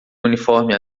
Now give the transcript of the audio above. uniforme